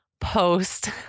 post